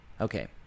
Okay